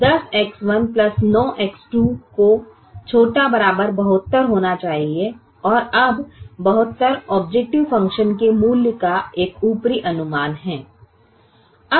10 X1 9X2 को ≤ 72 होना चाहिए और अब 72 ऑबजेकटिव फ़ंक्शन के मूल्य का एक ऊपरी अनुमान है